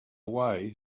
way